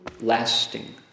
lasting